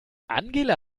angela